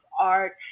art